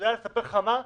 ולספר לך מה?